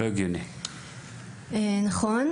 נכון,